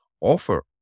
offer